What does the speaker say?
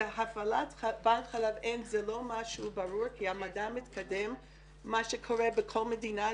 הפעלת בנק חלב אם זה לא משהו ברור כי המדע מתקדם ומה שקורה בכל מדינה,